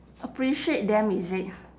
appreciate them is it